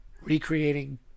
recreating